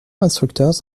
instructors